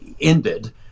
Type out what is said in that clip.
ended